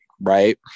right